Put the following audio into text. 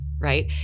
right